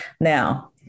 now